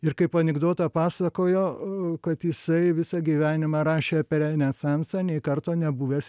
ir kaip anekdotą pasakojo kad jisai visą gyvenimą rašė apie renesansą nei karto nebuvęs